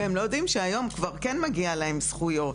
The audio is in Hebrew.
והם לא יודעים שהיום כבר כן מגיע להם זכויות